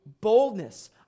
boldness